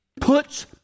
puts